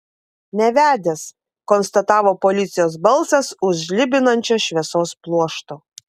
nevedęs konstatavo policijos balsas už žlibinančio šviesos pluošto